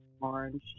orange